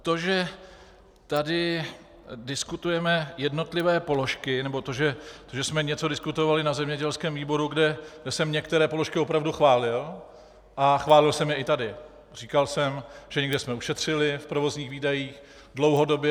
To, že tady diskutujeme jednotlivé položky nebo že jsme něco diskutovali na zemědělském výboru, kde jsem některé položky opravdu chválil, a chválil jsem je i tady, říkal jsem, že někde jsme ušetřili v provozních výdajích dlouhodobě.